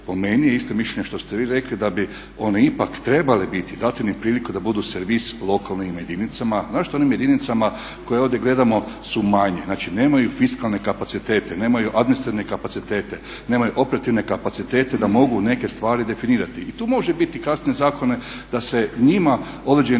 Po meni je isto mišljenje što ste vi rekli da bi one ipak trebale biti, dati im priliku da budu servis lokalnim jedinicama, naročito onim jedinicama koje ovdje gledamo su manje, znači nemaju fiskalne kapacitete, nemaju administrativne kapacitete, nemaju operativne kapacitete da mogu neke stvari definirati. I tu može biti kasnije zakon da se njima određeni